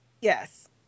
Yes